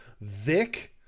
Vic